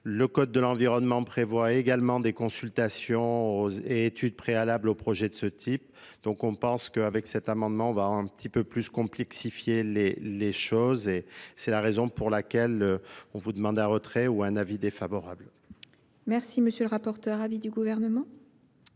des habitants également des consultations et études préalables au projet de ce type. Donc, on pense que, avec cet amendement, on va un petit peu plus complexifier les choses et c'est la raison pour laquelle on vous demande un retrait ou un avis défavorable. Merci M. le rapporteur, avis du Gouvernement.